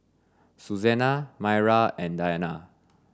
Suzanna Myrna and Diana